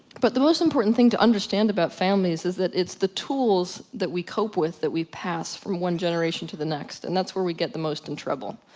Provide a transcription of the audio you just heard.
but the most important thing to understand about families, is that it's the tools, that we cope with, that we pass from one generation to the next. and that's where we get the most in trouble.